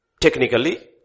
technically